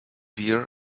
wear